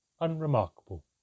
Unremarkable